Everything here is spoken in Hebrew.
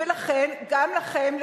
ולכן גם לכם,